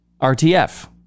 RTF